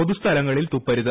പൊതുസ്ക്ലങ്ങളിൽ തുപ്പരുത്